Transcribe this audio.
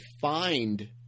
find